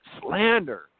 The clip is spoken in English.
slander